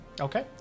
okay